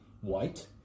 white